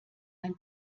ein